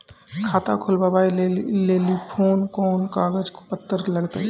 खाता खोलबाबय लेली कोंन कोंन कागज पत्तर लगतै?